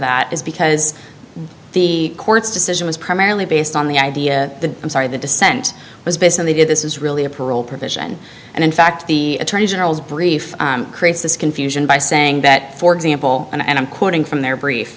that is because the court's decision was primarily based on the idea the i'm sorry the dissent was based on they did this is really a parole provision and in fact the attorney general's brief creates this confusion by saying that for example and i'm quoting from their brief